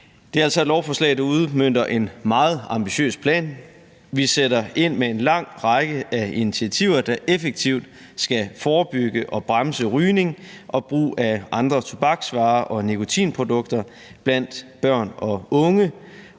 Det er altså et lovforslag, der udmønter en meget ambitiøs plan. Vi sætter ind med en lang række af initiativer, der effektivt skal forebygge og bremse rygning og brug af andre tobaksvarer og nikotinprodukter blandt børn og unge,